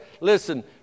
Listen